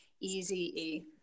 E-Z-E